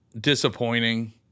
disappointing